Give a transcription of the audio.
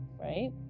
Right